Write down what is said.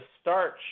starch